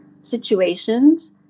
situations